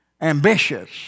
ambitious